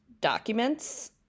documents